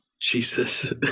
Jesus